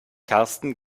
karsten